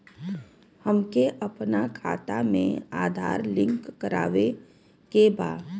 हमके अपना खाता में आधार लिंक करावे के बा?